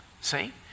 see